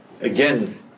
again